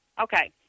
Okay